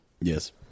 Yes